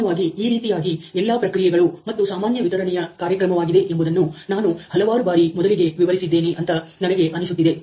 ಸಾಮಾನ್ಯವಾಗಿ ಈ ರೀತಿಯಾಗಿ ಎಲ್ಲ ಪ್ರಕ್ರಿಯೆಗಳು ಮತ್ತು ಸಾಮಾನ್ಯ ವಿತರಣೆಯ ಕಾರ್ಯಕ್ರಮವಾಗಿದೆ ಎಂಬುದನ್ನು ನಾನು ಹಲವಾರು ಬಾರಿ ಮೊದಲಿಗೆ ವಿವರಿಸಿದ್ದೇನೆ ಅಂತ ನನಗೆ ಅನಿಸುತ್ತಿದೆ